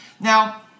Now